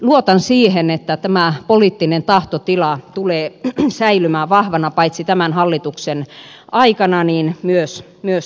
luotan siihen että tämä poliittinen tahtotila tulee säilymään vahvana paitsi tämän hallituksen aikana niin myös tulevaisuudessa